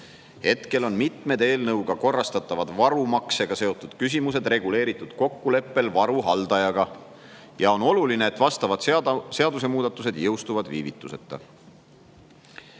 Hetkel on mitmed eelnõuga korrastatavad varumaksega seotud küsimused reguleeritud kokkuleppel varu haldajaga ja on oluline, et vastavad seadusemuudatused jõustuvad viivituseta.